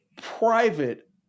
private